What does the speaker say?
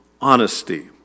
honesty